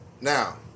Now